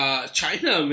China